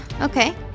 Okay